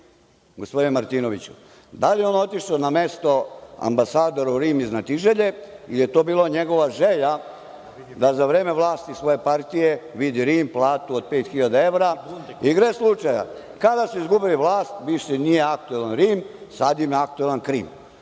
da li je on otišao na mesto ambasadora u Rim iz znatiželje ili je to bila njegova želja da za vreme vlasti svoje partije vidi Rim, platu od 5.000 evra i gle slučaja, kada su izgubili vlast, više nije bio aktuelan Rim, sada im je aktuelan Krim.